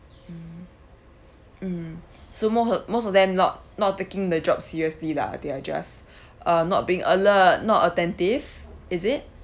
mm mm so mo~ most of them not not taking the job seriously lah they are just uh not being alert not attentive is it